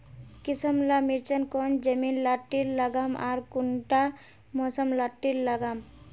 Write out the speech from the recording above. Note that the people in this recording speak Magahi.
किसम ला मिर्चन कौन जमीन लात्तिर लगाम आर कुंटा मौसम लात्तिर लगाम?